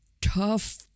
tough